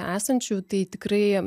esančių tai tikrai